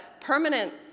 permanent